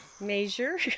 Measure